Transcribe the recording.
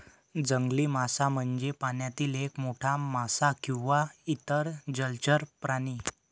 जंगली मासा म्हणजे पाण्यातील एक मोठा मासा किंवा इतर जलचर प्राणी